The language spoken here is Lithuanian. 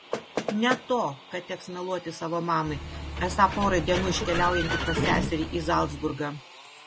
ne to kad teks meluoti savo mamai esą porai dienų iškeliaujanti pas seserį į zalcburgą